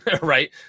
Right